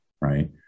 right